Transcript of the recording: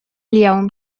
اليوم